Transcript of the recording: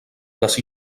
les